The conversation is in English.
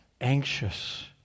anxious